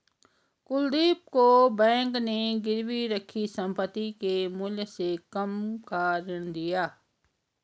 कुलदीप को बैंक ने गिरवी रखी संपत्ति के मूल्य से कम का ऋण दिया